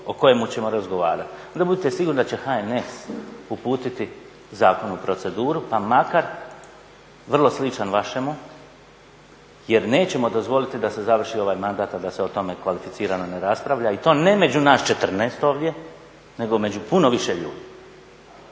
o kojemu ćemo razgovarati, onda budite sigurni da će HNS uputiti zakon u proceduru pa makar vrlo sličan vašemu jer nećemo dozvoliti da se završi ovaj mandat, a da se o tome kvalificirano ne raspravljala i to ne među nas 14 ovdje nego među puno više ljudi.